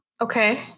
Okay